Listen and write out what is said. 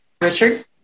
Richard